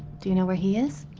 do you know where he is?